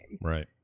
Right